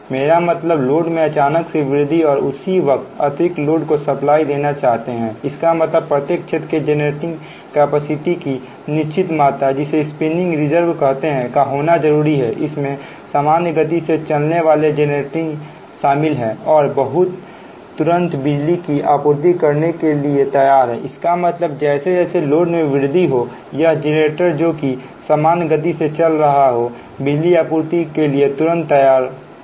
मेरा मतलब लोड में अचानक से वृद्धि और उसी वक्त अतिरिक्त लोड को सप्लाई देना चाहते हैं इसका मतलब प्रत्येक क्षेत्र के जेनरेटिंग कैपेसिटी की निश्चित मात्रा जिसे स्पिनिंग रिजर्व कहते हैं का होना जरूरी है इसमें सामान्य गति से चलने वाले जेनरेटर शामिल हैं और तुरंत बिजली की आपूर्ति करने के लिए तैयार हैंइसका मतलब जैसे जैसे लोड में वृद्धि हो यह जेनरेटर जो कि सामान्य गति से चल रहे हो बिजली आपूर्ति के लिए तुरंत तैयार हो